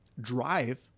drive